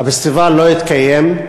והפסטיבל לא התקיים.